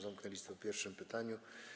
Zamknę listę po pierwszym pytaniu.